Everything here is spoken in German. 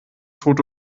tote